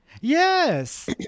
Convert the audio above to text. yes